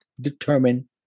determine